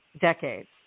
decades